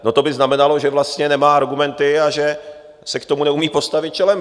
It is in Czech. To by znamenalo, že vlastně nemá argumenty a že se k tomu neumí postavit čelem.